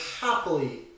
happily